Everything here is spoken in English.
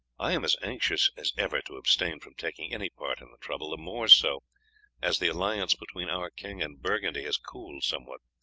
i am as anxious as ever to abstain from taking any part in the trouble, the more so as the alliance between our king and burgundy has cooled somewhat.